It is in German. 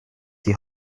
die